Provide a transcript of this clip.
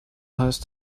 heißt